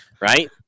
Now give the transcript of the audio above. right